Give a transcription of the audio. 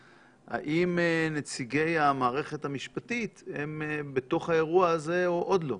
היא: האם נציגי המערכת המשפטית הם בתוך האירוע הזה או עוד לא?